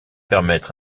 permettre